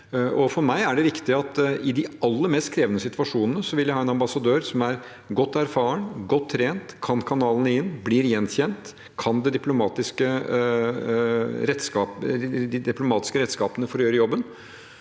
For meg er dette viktig: I de aller mest krevende situasjonene vil jeg ha en ambassadør som er erfaren, godt trent, kan kanalene inn, blir gjenkjent og har de diplomatiske redskapene for å gjøre jobben.